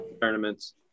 tournaments